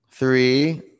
Three